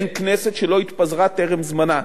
אין כנסת שלא התפזרה טרם זמנה,